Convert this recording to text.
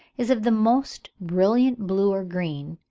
is of the most brilliant blue or green,